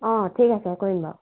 অঁ ঠিক আছে কৰিম বাৰু